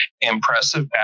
impressive